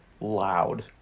loud